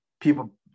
people